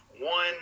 one